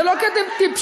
זה לא כי אתם טיפשים,